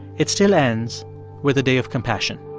it still ends with a day of compassion